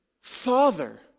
Father